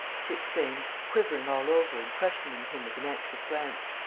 she exclaimed, quivering all over and questioning him with an anxious glance.